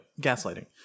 gaslighting